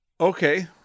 Okay